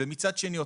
ומצד שני,